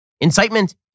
Incitement